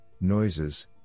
noises